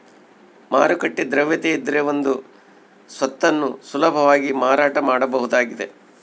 ಮಾರುಕಟ್ಟೆ ದ್ರವ್ಯತೆಯಿದ್ರೆ ಒಂದು ಸ್ವತ್ತನ್ನು ಸುಲಭವಾಗಿ ಮಾರಾಟ ಮಾಡಬಹುದಾಗಿದ